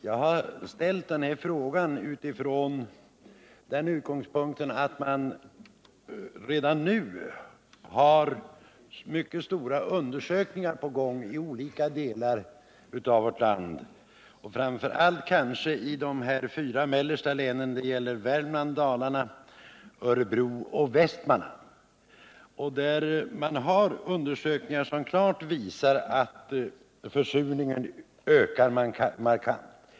Jag har ställt den här frågan utifrån den utgångspunkten att man redan nu har mycket stora undersökningar på gång i olika delar i vårt land, kanske främst i Värmlands, Kopparbergs, Örebro och Västmanlands län, som klart visar att försurningen ökat markant.